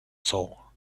saw